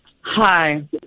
Hi